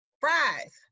fries